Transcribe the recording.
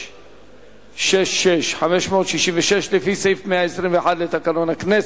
מ/566, לפי סעיף 121 לתקנון הכנסת.